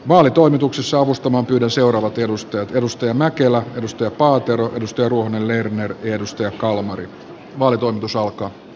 vaalitoimituksessa avustamaan pyydän seuraavat edustajat edustajana kelan edustaja paatero toivonen lerner vierustoja kalmari vaalitoimitus alkaa a